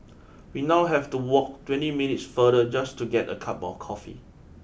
we now have to walk twenty minutes farther just to get a cup of coffee